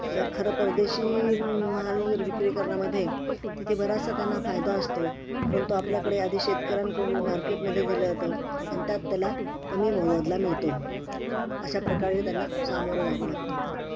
sir खरं परदेशी माल विक्री करण्यामध्ये तिथे बराचसा त्यांना फायदा असतो परंतु आपल्याकडे आधी शेतकऱ्यां मार्केटमध्ये दिलं जातं आणि त्यात त्याला कमी मोबदला मिळतो अशा प्रकारे त्यांना सामोरं जावं लागतं